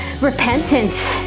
repentant